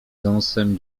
dąsem